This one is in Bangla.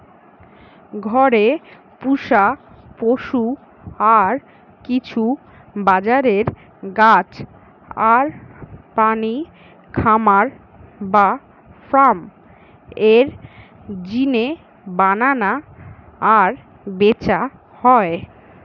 ঘরে পুশা পশু আর কিছু বাজারের গাছ আর প্রাণী খামার বা ফার্ম এর জিনে বানানা আর ব্যাচা হয়